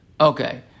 Okay